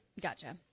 Gotcha